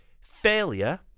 Failure